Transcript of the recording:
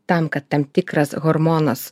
tam kad tam tikras hormonas